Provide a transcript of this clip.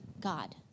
God